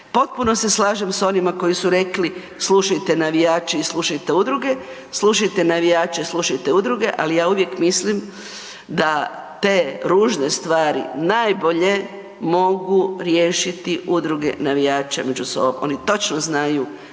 potpuno se slažem s onima koji su rekli slušajte navijače i slušajte udruge, slušajte navijače i slušajte udruge ali ja uvijek mislim da te ružne stvari najbolje mogu riješiti udruge navijača među sobom. Oni točno znaju